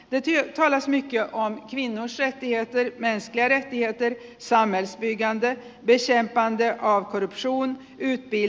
etsijät alas mikä on vino säätiötä ei myöskään det ger övning och det leder till kompatibilitet